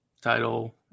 title